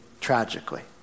tragically